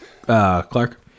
Clark